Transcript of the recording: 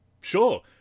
Sure